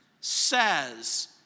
says